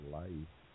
life